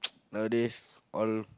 now a days all